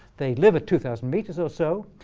they live at two thousand meters or so.